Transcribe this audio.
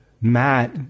Matt